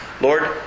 Lord